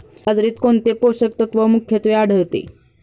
बाजरीत कोणते पोषक तत्व मुख्यत्वे आढळते?